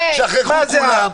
שכחו כולם.